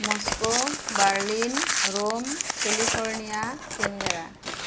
Moscow Berlin Rome California Canberra